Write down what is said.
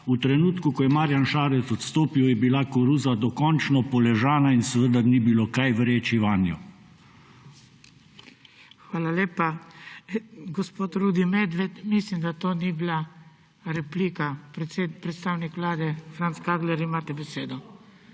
v trenutku, ko je Marjan Šarec odstopil, je bila koruza dokončno poležana in seveda ni bilo kaj vreči vanjo. **PODPREDSEDNIK BRANKO SIMONOVIČ:** Hvala lepa. Gospod Rudi Medved, mislim, da to ni bila replika. Predstavnik Vlade, Franc Kangler, imate besedo.